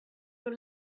were